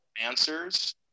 answers